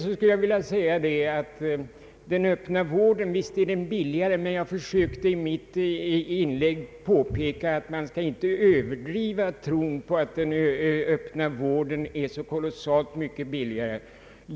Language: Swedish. Sedan skulle jag vilja säga att visst är den öppna vården billigare, men jag försökte i mitt tidigare inlägg påpeka att man inte bör överdriva tron på att den öppna vården är så kolossalt mycket billigare.